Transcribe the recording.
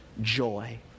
joy